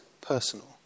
personal